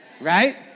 right